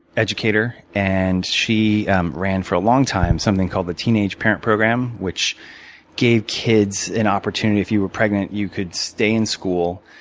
educator. and she ran for a long time something called the teenage parent program, which gave kids an opportunity, if you were pregnant, you could stay in school.